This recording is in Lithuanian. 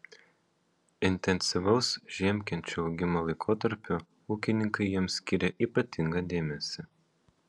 intensyvaus žiemkenčių augimo laikotarpiu ūkininkai jiems skyrė ypatingą dėmesį